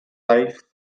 life